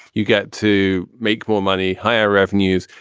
you get to make more money. higher revenues.